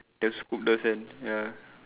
the scoop ya